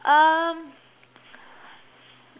um